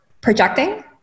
projecting